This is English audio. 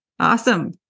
Awesome